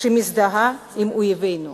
שמזדהה עם אויבינו.